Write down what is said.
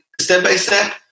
step-by-step